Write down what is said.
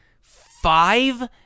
five